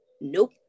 Nope